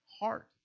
heart